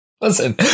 listen